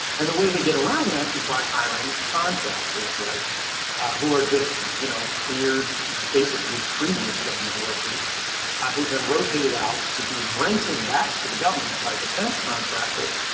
and the way they get around that is by hiring contractors, right who are just, you know, cleared basically previous government workers who've been rotated out to be rented back to the government by a defense contractor,